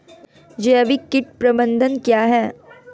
जैविक कीट प्रबंधन क्या है?